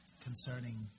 concerning